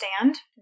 understand